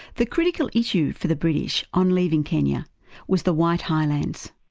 the critical issues for the british on leaving kenya was the white highlands.